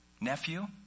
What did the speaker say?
nephew